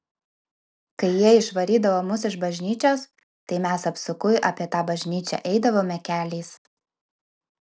kai jie išvarydavo mus iš bažnyčios tai mes apsukui apie tą bažnyčią eidavome keliais